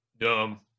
Dumb